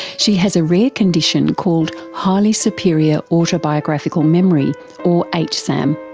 she has a rare condition called highly superior autobiographical memory or hsam.